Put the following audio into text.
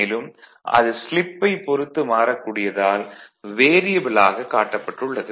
மேலும் அது ஸ்லிப்பைப் பொறுத்து மாறக்கூடியதால் வேரியபல் ஆக காட்டப்பட்டு உள்ளது